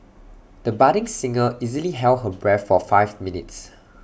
the budding singer easily held her breath for five minutes